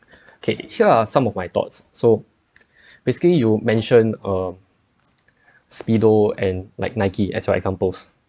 K here are some of my thoughts so basically you mentioned uh speedo and like nike as your examples